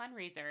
fundraiser